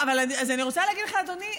אז אני רוצה להגיד לך, אדוני,